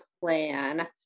plan